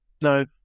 no